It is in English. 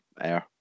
air